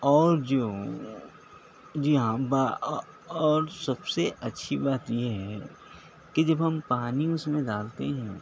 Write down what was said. اور جو جی ہاں اور سب سے اچھّی بات یہ ہے کہ جب ہم پانی اُس میں ڈالتے ہیں